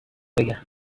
بگم